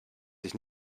sich